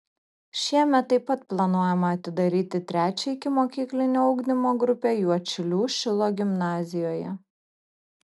šiemet taip pat planuojama atidaryti trečią ikimokyklinio ugdymo grupę juodšilių šilo gimnazijoje